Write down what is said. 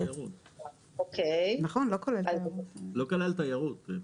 לא כולל תיירות.